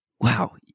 wow